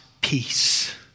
peace